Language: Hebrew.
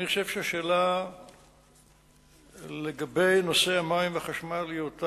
אני חושב שלגבי נושא המים והחשמל, התשובה היא